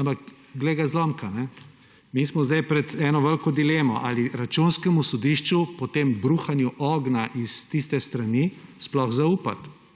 Ampak glej ga zlomka. Mi smo zdaj pred eno veliko dilemo, ali Računskemu sodišču po tem bruhanju ognja s tiste strani sploh zaupati.